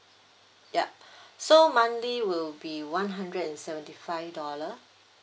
yup so monthly will be one hundred and seventy five dollar